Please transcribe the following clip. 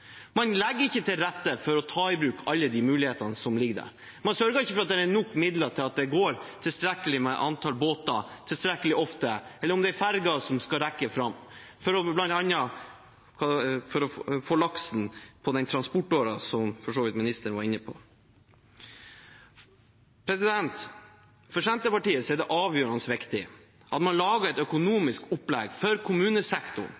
ta i bruk alle mulighetene som ligger der. Man sørger ikke for at det er nok midler til at det går et tilstrekkelig antall båter tilstrekkelig ofte, eller at ferger skal rekke fram for bl.a. å få laksen på den transportåren som ministeren for så vidt var inne på. For Senterpartiet er det avgjørende viktig at man lager et økonomisk opplegg for kommunesektoren,